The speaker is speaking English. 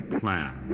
plan